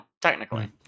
technically